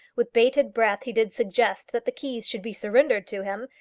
with bated breath he did suggest that the keys should be surrendered to him,